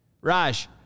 Raj